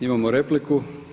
Imamo repliku.